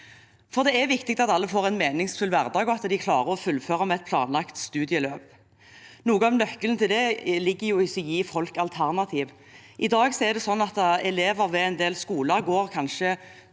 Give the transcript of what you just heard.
Det er viktig at alle får en meningsfull hverdag, og at de klarer å fullføre et planlagt studieløp. Noe av nøkkelen til det ligger i å gi folk alternativer. I dag går elever ved en del skoler kanskje